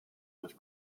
dass